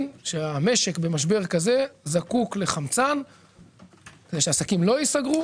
שהמשק במשבר כזה זקוק לחמצן כדי שעסקים לא ייסגרו,